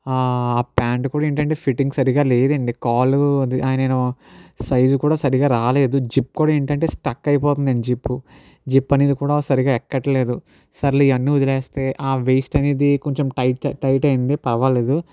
ఆ ప్యాంర్ కూడా ఏంటంటే ఫిట్టింగ్ సరిగా లేదండి కాలు నేను సైజు కూడా సరిగా రాలేదు జిప్ కూడా ఏంటంటే స్టక్ అయిపోతుందండి జిప్ జిప్ అనేది కూడా సరిగా ఎక్కట్లేదు సర్లే ఇవన్నీ వదిలేస్తే ఆ వీస్ట్ అనేది కొంచం టై టైట్ అయింది పర్వాలేదు